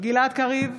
גלעד קריב,